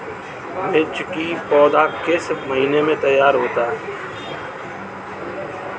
मिर्च की पौधा किस महीने में तैयार होता है?